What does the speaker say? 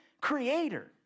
creator